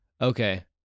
Okay